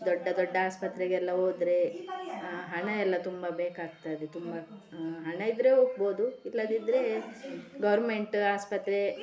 ದೊಡ್ಡ ದೊಡ್ಡ ಆಸ್ಪತ್ರೆಗೆಲ್ಲ ಹೋದ್ರೆ ಹಣ ಎಲ್ಲ ತುಂಬ ಬೇಕಾಗ್ತದೆ ತುಂಬ ಹಣ ಇದ್ದರೆ ಹೋಗ್ಬೋದು ಇಲ್ಲದಿದ್ದರೆ ಗೌರ್ಮೆಂಟ್ ಆಸ್ಪತ್ರೆ